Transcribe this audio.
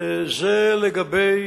לגבי